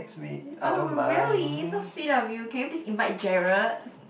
oh really so sweet of you can you please invite Jerard